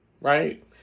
right